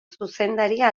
zuzendaria